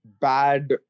bad